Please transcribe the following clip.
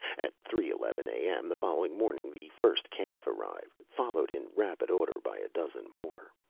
at three eleven a m, the following morning the first calf arrived, followed in rapid order by a dozen more.